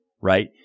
right